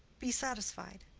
be satisfied.